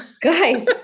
guys